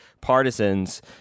Partisans